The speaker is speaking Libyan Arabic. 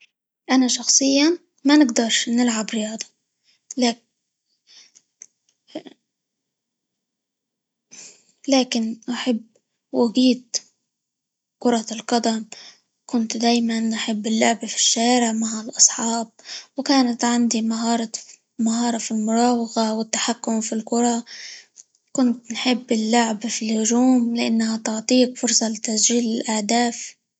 أنا شخصيًا ما نقدرش نلعب رياضة -لك- لكن أحب، أجيد كرة القدم، كنت دايما أحب اللعب في الشارع مع الأصحاب، وكانت عندي -مهارة- مهارة في المراوغة، والتحكم في الكرة، كنت نحب اللعب في الهجوم؛ لإنها تعطيك فرصة لتسجيل الأهداف.